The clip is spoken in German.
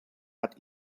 hat